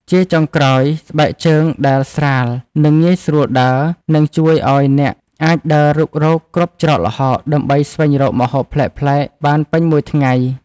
ជាចុងក្រោយ ស្បែកជើងដែលស្រាល និងងាយស្រួលដើរ នឹងជួយឱ្យអ្នកអាចដើររុករកគ្រប់ច្រកល្ហកដើម្បីស្វែងរកម្ហូបប្លែកៗបានពេញមួយថ្ងៃ។